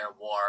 war